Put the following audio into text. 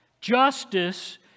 Justice